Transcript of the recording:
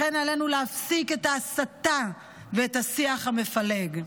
לכן, עלינו להפסיק את ההסתה ואת השיח המפלג.